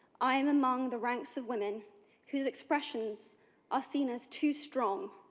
i am among the ranks of women whose expressions are seen as too strong